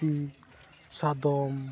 ᱦᱟᱹᱛᱤ ᱥᱟᱫᱚᱢ